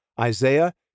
Isaiah